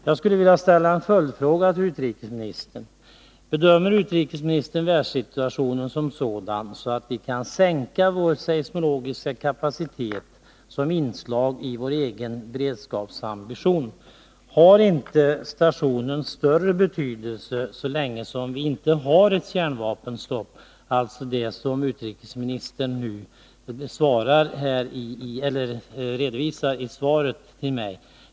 Jag skulle vilja ställa en följdfråga till utrikesministern: Bedömer utrikesministern världssituationen som sådan att vi kan sänka vår seismologiska kapacitet, som inslag i vår egen beredskapsambition? Har inte stationen större betydelse så länge vi inte har kärnvapenstopp? — Jag refererar här till det som utrikesministern redovisar i svaret.